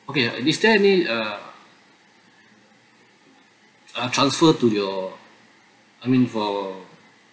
okay is there any uh uh transfer to your I mean for